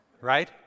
Right